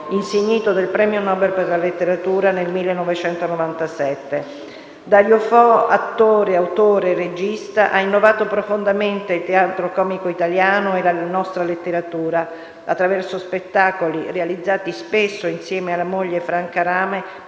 insignito del premio Nobel per la letteratura nel 1997. Dario Fo, attore, autore e regista, ha innovato profondamente il teatro comico italiano e la nostra letteratura attraverso spettacoli realizzati spesso insieme alla moglie Franca Rame,